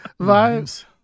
vibes